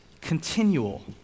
continual